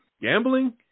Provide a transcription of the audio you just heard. Gambling